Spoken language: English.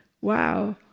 wow